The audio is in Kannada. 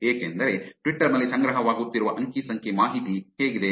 ಏಕೆಂದರೆ ಟ್ವಿಟರ್ ನಲ್ಲಿ ಸಂಗ್ರಹವಾಗುತ್ತಿರುವ ಅಂಕಿ ಸಂಖ್ಯೆ ಮಾಹಿತಿ ಹೇಗಿದೆ